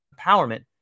empowerment